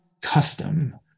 custom